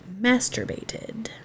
masturbated